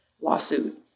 lawsuit